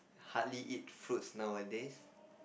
hardly eat fruits nowadays